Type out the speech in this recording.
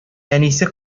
әнисе